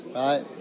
right